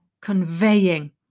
conveying